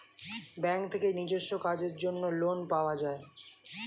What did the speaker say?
bank থেকে নিজস্ব কাজের জন্য লোন পাওয়া যায়